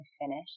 finish